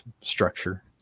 structure